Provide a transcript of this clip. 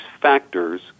factors